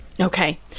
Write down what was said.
okay